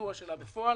לביצועה בפועל